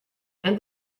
and